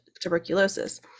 tuberculosis